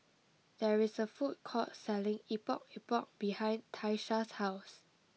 there is a food court selling Epok Epok behind Tyesha's house